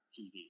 TV